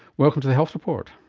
welcome to the health report.